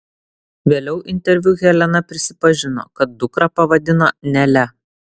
vėliau interviu helena prisipažino kad dukrą pavadino nele